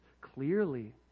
clearly